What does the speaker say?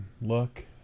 look